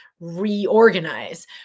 reorganize